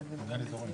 הלכתם מהר מדי.